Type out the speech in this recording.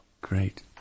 Great